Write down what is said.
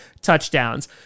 touchdowns